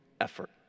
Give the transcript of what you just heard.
effort